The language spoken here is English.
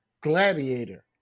Gladiator